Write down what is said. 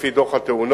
לפי דוח התאונות,